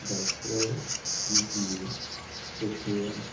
ଡ଼ାକ୍ତରଖାନାକୁ ନେଇ ଦେଖେଇବା